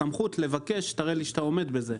סמכות לבקש שתראה לי שאתה עומד בזה.